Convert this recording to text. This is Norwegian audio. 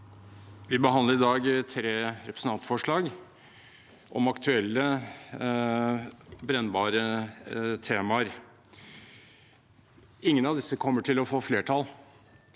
Vi behandler i dag tre representantforslag om aktuelle, brennbare temaer. Ingen av disse kommer til å få flertall.